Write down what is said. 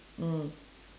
mm